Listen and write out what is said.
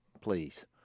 please